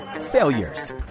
failures